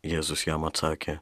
jėzus jam atsakė